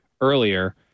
earlier